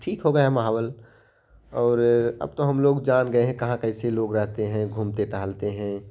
अब ठीक हो गए हैं महाबल और अब तो हम लोग जान गए हैं कहाँ कैसे लोग रहते हैं घूमते टहलते हैं